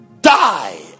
die